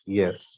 yes